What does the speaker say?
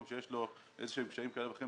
שיש לו איזה שהם קשיים כאלה ואחרים,